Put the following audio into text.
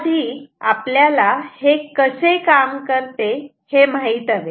आता आधी आपल्याला हे कसे काम करते हे माहीत हवे